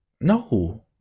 No